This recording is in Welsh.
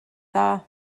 dda